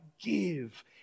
give